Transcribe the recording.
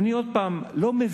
אני, עוד פעם, לא מבין